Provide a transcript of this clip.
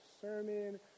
sermon